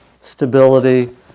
stability